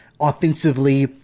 offensively